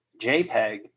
JPEG